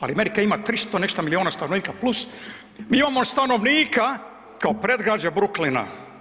Ali, Amerika ima 300 i nešto milijuna stanovnika plus, mi imamo stanovnika kao predgrađe Brooklyna.